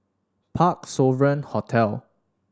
Parc Sovereign Hotel